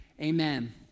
Amen